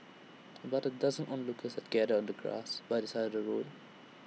about A dozen onlookers had gathered on the grass by the side the road